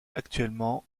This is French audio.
actuellement